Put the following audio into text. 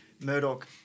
Murdoch